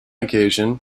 occasion